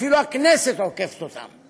אפילו הכנסת עוקפת אותו,